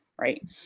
right